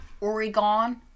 Oregon